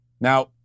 Now